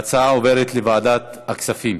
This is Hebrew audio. ההצעה עוברת לוועדת הכספים.